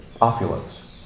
opulence